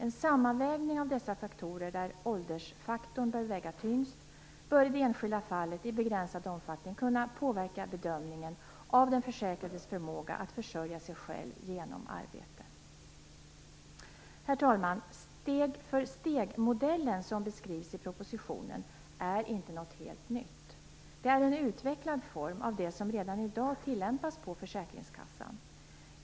En sammanvägning av dessa faktorer, där åldersfaktorn bör väga tyngst, bör i det enskilda fallet i begränsad omfattning kunna påverka bedömningen av den försäkrades förmåga att försörja sig själv genom arbete. Herr talman! Den steg-för-steg-modell som beskrivs i propositionen är inte något helt nytt. Det är en utvecklad form av det som redan i dag tillämpas av försäkringskassan.